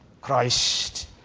Christ